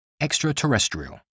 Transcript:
extraterrestrial